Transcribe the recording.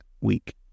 week